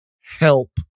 help